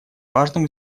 важным